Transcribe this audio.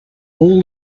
all